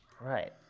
Right